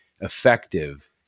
effective